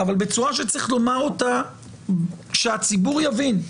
אבל בצורה שצריך לומר אותה כדי שהציבור יבין,